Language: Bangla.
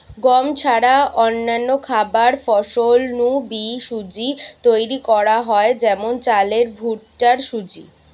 গম ছাড়া অন্যান্য খাবার ফসল নু বি সুজি তৈরি করা হয় যেমন চালের ভুট্টার সুজি